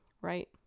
Right